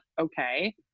okay